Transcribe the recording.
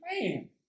man